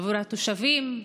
עבור התושבים.